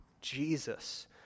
jesus